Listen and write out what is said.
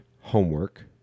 Homework